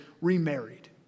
remarried